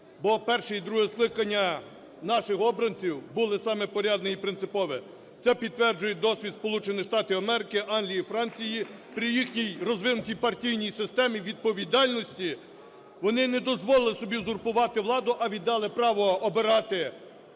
Бо перше і друге скликання наших обранців були самі порядні і принципові. Це підтверджують досвід Сполучених Штатів Америки, Англії, Франції. При їхній розвиненій партійній системі відповідальності, вони не дозволили собі узурпувати владу, а віддали право обирати